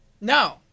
No